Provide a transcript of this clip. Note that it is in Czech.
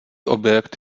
objekt